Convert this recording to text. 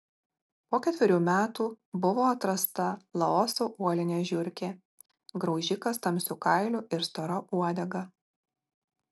po ketverių metų buvo atrasta laoso uolinė žiurkė graužikas tamsiu kailiu ir stora uodega